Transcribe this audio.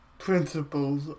Principles